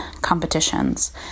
competitions